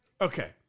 okay